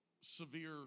severe